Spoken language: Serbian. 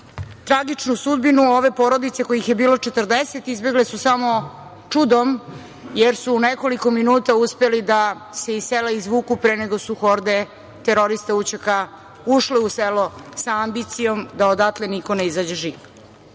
tragičnu sudbinu ove porodice, kojih je bilo 40, izbegli su samo čudom, jer su nekoliko minuta uspeli da se iz sela izvuku pre nego su horde terorista UČK ušle u selo sa ambicijom da odatle niko ne izađe